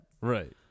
Right